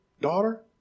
daughter